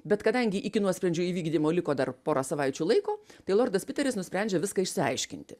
bet kadangi iki nuosprendžio įvykdymo liko dar pora savaičių laiko tai lordas piteris nusprendžia viską išsiaiškinti